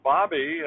Bobby